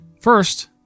First